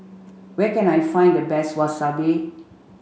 where can I find the best Wasabi